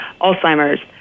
Alzheimer's